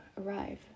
arrive